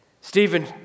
Stephen